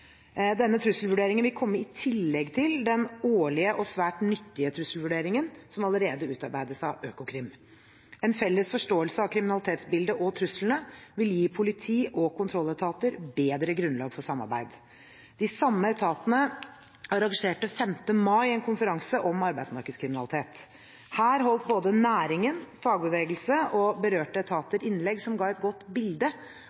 Denne trusselvurderingen vil komme i tillegg til den årlige og svært nyttige trusselvurderingen som allerede utarbeides av Økokrim. En felles forståelse av kriminalitetsbildet og truslene vil gi politi og kontrolletater bedre grunnlag for samarbeid. De samme etatene arrangerte 5. mai en konferanse om arbeidsmarkedskriminalitet. Her holdt både næringen, fagbevegelse og berørte